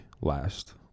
last